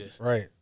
Right